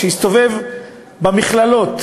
במכללות